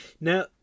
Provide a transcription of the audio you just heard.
Now